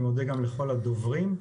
אני מודה לכל הדוברים.